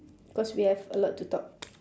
because we have a lot to talk